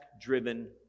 driven